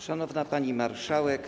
Szanowna Pani Marszałek!